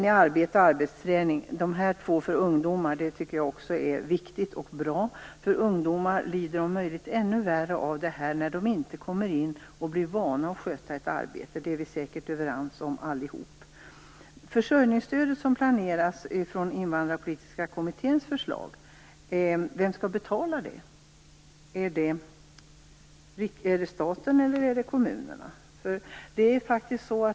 Arbete och arbetsträning för ungdomar är också viktigt och bra. Ungdomar lider om möjligt ännu mera om de inte kommer in på arbetsmarknaden och blir vana att sköta ett arbete. Det är vi säkert överens om allihop. Vem skall betala det försörjningsstöd som planeras enligt Invandrarpolitiska kommitténs förslag? Är det staten eller kommunerna?